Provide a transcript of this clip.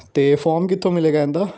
ਅਤੇ ਫੋਰਮ ਕਿੱਥੋਂ ਮਿਲੇਗਾ ਇਹਦਾ